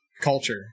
culture